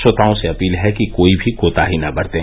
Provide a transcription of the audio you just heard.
श्रोताओं से अपील है कि कोई भी कोताही न बरतें